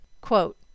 Quote